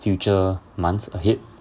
future months ahead